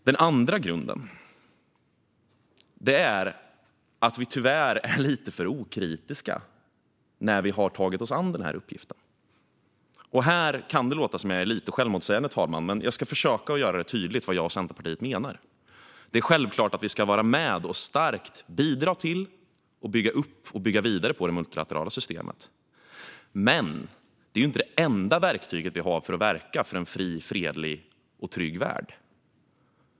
Den andra grunden är att vi tyvärr har varit lite för okritiska när vi har tagit oss an denna uppgift. Här kan det låta som att jag är lite självmotsägande, herr talman, men jag ska försöka att göra det tydligt vad jag och Centerpartiet menar. Det är självklart att vi ska vara med och starkt bidra till, bygga upp och bygga vidare på det multilaterala systemet. Men det är inte det enda verktyg vi har för att verka för en fri, fredlig och trygg värld.